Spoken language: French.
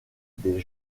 des